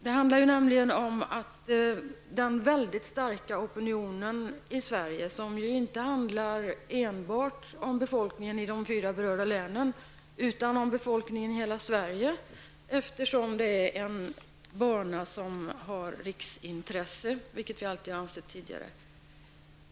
Det handlar nämligen om den väldigt starka opinionen i Sverige, inte enbart bland befolkningen i de fyra berörda länen utan bland befolkningen i hela Sverige, eftersom det här är en bana som har riksintresse, vilket vi alltid ansett tidigare.